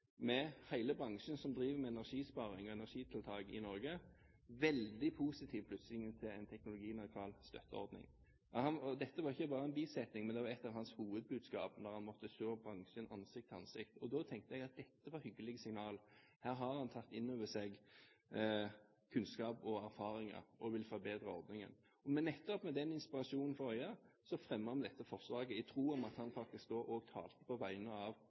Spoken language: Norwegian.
med hele bransjen som driver med energisparing og energitiltak i Norge, var han plutselig veldig positiv til en teknologinøytral støtteordning. Dette var ikke bare en bisetning, men det var et av hans hovedbudskap da han måtte se bransjen i ansiktet. Da tenkte jeg at dette var hyggelige signaler, her har han tatt inn over seg kunnskap og erfaringer og vil forbedre ordningen. Og nettopp med den inspirasjonen for øyet fremmet vi dette forslaget, i tro om at han faktisk også talte på vegne av